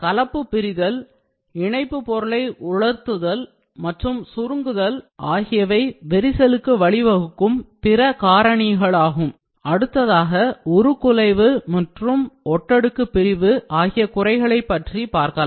கலப்பு பிரித்தல் இணைப்பு பொருளை உலர்த்துதல் மற்றும் சுருக்குதல் ஆகியவை விரிசலுக்கு வழிவகுக்கும் பிற காரணிகளாகும் அடுத்ததாக உருக்குலைவு மற்றும் ஒட்டடுக்கு பிரிவு ஆகிய குறைகளைப் பற்றி பார்க்கலாம்